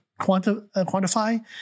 quantify